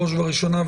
בראש וראשונה,